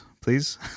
please